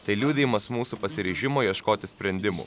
tai liudijimas mūsų pasiryžimo ieškoti sprendimų